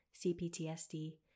CPTSD